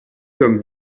comme